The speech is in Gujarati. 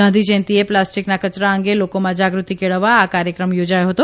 ગાંધી જયંતીએ પ્લાસ્ટીકના કચરા અંગે લોકોમાં જાગૃતી કેળવવા આ કાર્યક્રમ યોજાયો હતો